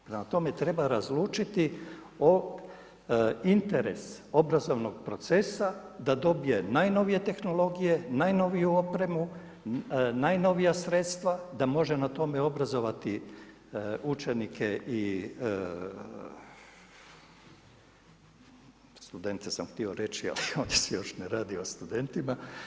Prema tome, treba razlučiti interes obrazovnog procesa da dobije najnovije tehnologije, najnoviju opremu, najnovija sredstva da može na tome obrazovati učenike i studente sam htio reći ali ovdje se još ne radi o studentima.